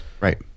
Right